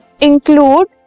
include